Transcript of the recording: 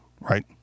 Right